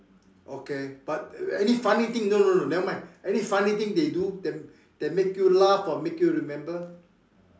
okay but any funny thing no no no never mind any funny thing they do that that make you laugh or make you remember